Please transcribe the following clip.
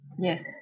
Yes